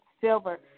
silver